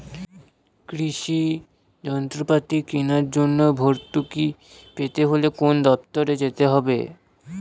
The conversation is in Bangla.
কৃষি যন্ত্রপাতি কেনার জন্য ভর্তুকি পেতে হলে কোন দপ্তরে যেতে হবে?